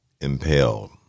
impaled